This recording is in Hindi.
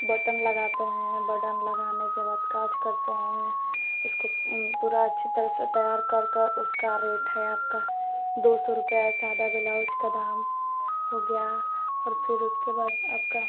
बटम लगाते हैं बडम लगाने के बाद काज करते हैं उसको पूरा अच्छी तरह से तैयार कर कर उसका रेट है आपका दो सौ रुपया है सादा बेलाउज का दाम हो गया और फिर उसके बाद आपका